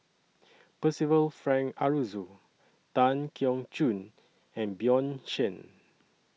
Percival Frank Aroozoo Tan Keong Choon and Bjorn Shen